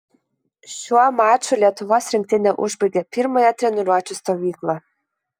šiuo maču lietuvos rinktinė užbaigė pirmąją treniruočių stovyklą